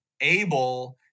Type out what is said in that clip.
able